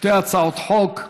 הצעות חוק.